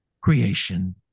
Creation